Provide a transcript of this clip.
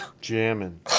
Jamming